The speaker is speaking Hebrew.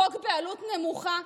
חוק בעלות נמוכה,